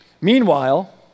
Meanwhile